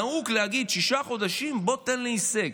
נהוג להגיד: שישה חודשים, בוא, תן לי הישג.